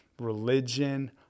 religion